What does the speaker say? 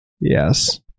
Yes